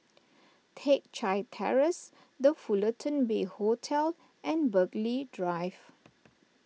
Teck Chye Terrace the Fullerton Bay Hotel and Burghley Drive